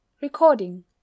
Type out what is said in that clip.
Recording